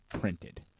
printed